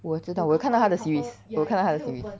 我知道我有看到它的 series 我有看到它的 series